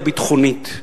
הביטחונית,